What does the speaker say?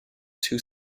twin